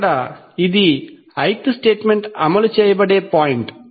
ఇక్కడ ఇది ith statement అమలు చేయబడే పాయింట్